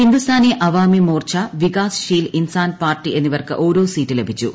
Hindustani Awami Morcha Vikassheel Insaan Party എന്നിവർക്ക് ഓരോ seat ലഭിച്ചു